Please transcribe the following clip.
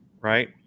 right